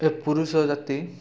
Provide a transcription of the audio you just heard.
ଏ ପୁରୁଷ ଜାତି